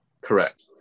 Correct